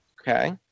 Okay